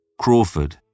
Crawford